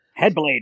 Headblade